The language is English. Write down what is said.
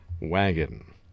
wagon